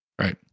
right